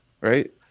Right